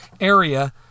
area